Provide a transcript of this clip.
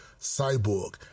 cyborg